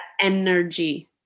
energy